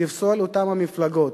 לפסול את אותן מפלגות